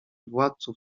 władców